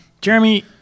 Jeremy